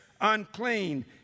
unclean